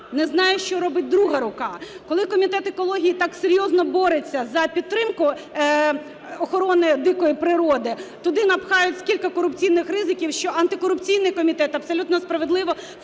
не знає, що робить друга рука. Коли комітет екології так серйозно бореться за підтримку охорони дикої природи, туди напхають стільки корупційних ризиків, що антикорупційний комітет абсолютно справедливо вказує,